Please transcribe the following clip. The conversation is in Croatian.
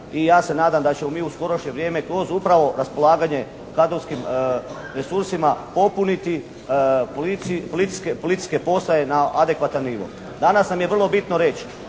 I ja se nadam da ćemo mi u skorašnje vrijeme kroz upravo raspolaganje kadrovskim resursima popuniti policijske postaje na adekvatan nivo. Danas nam je vrlo bitno reć'